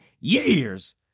years